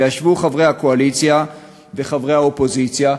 וישבו חברי הקואליציה וחברי האופוזיציה,